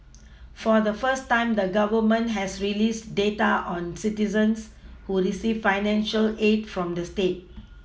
for the first time the Government has released data on citizens who receive financial aid from the state